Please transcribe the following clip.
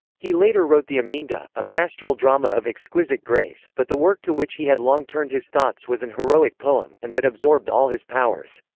he later wrote the aminta, a pastoral drama of exquisite grace, but the work to which he had long turned his thoughts was an heroic poem, and that absorbed all his powers.